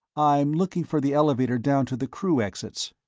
i'm looking for the elevator down to the crew exits.